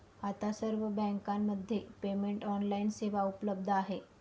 आता सर्व बँकांमध्ये पेमेंट ऑनलाइन सेवा उपलब्ध आहे